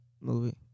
movie